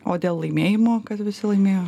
o dėl laimėjimo kad visi laimėjo